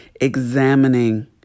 examining